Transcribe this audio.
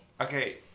Okay